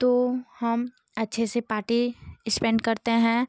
तो हम अच्छे से पार्टी स्पेन्ड करते हैं